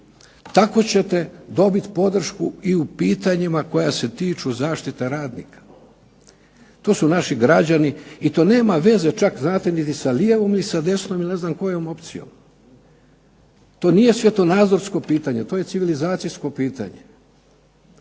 Tako ćete dobiti podršku i u pitanjima koja se tiču zaštite radnika. To su naši građani i to nema veze čak znate niti sa lijevom ili sa desnom ili ne znam kojom opcijom. To nije svjetonazorsko pitanje, to je civilizacijsko pitanje.